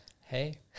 Hey